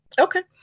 Okay